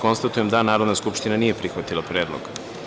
Konstatujem da Narodna skupština nije prihvatila predlog.